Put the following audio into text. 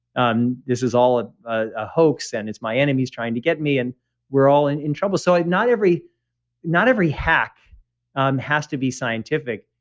um this is all a ah hoax, and it's my enemies trying to get me, and we're all in in trouble. so and not every not every hack um has to be scientific.